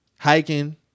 Hiking